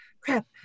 crap